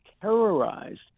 terrorized